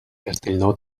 castellnou